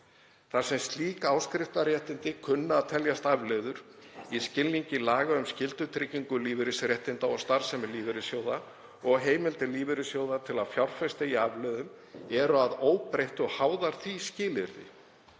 Þar sem slík áskriftarréttindi kunna að teljast afleiður í skilningi laga um skyldutryggingu lífeyrisréttinda og starfsemi lífeyrissjóða og heimildir lífeyrissjóða til að fjárfesta í afleiðum eru að óbreyttu háðar því skilyrði